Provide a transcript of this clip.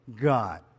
god